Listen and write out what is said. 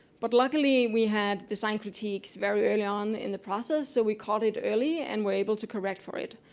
but luckily, we had design critiqued very early on in the process, so we caught it early and were able to correct for it.